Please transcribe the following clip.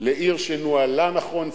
לעיר שנוהלה נכון,